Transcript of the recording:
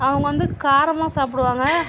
அவங்க வந்து காரமாக சாப்பிடுவாங்க